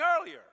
earlier